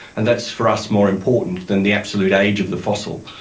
and that's for us more important than the absolute age of the fossil.